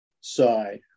side